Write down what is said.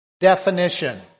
definition